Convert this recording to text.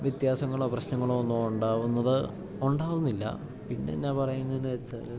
വ്യത്യാസങ്ങളോ പ്രശ്നങ്ങളോ ഒന്നും ഉണ്ടാകുന്നത് ഉണ്ടാകുന്നില്ല പിന്നെന്നാ പറയുന്നത് വെച്ചാല്